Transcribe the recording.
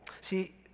See